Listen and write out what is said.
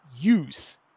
use